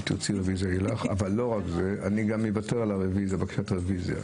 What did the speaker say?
תרצי --- אבל לא רק זה אני גם אוותר על הבקשה לרביזיה.